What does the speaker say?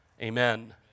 Amen